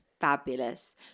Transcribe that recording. fabulous